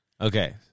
Okay